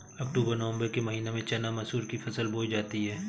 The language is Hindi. अक्टूबर नवम्बर के महीना में चना मसूर की फसल बोई जाती है?